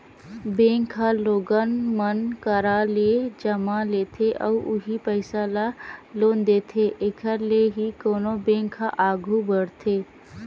bank ह लोगन मन करा ले जमा लेथे अउ उहीं पइसा ल लोन देथे एखर ले ही कोनो बेंक ह आघू बड़थे